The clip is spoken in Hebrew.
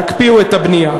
תקפיאו את הבנייה.